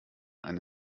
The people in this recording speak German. eine